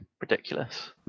ridiculous